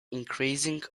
increasing